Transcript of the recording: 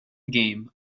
game